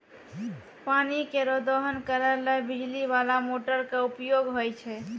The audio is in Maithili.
पानी केरो दोहन करै ल बिजली बाला मोटर क उपयोग होय छै